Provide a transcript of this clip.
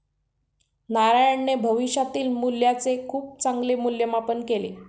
नारायणने भविष्यातील मूल्याचे खूप चांगले मूल्यमापन केले